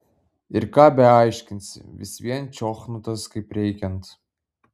ir ką beaiškinsi vis vien čiochnutas kaip reikiant